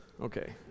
okay